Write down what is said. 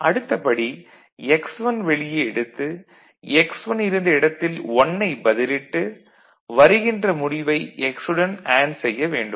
அடுத்தபடி 'x1' வெளியே எடுத்து 'x1' இருந்த இடத்தில் 1 ஐப் பதிலிட்டு வருகின்ற முடிவை 'x1' உடன் அண்டு செய்ய வேண்டும்